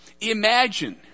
Imagine